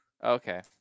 Okay